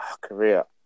Korea